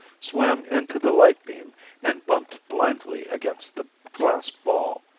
swam into the light beam and bumped blindly against the glass ball.